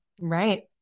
Right